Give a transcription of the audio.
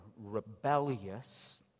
rebellious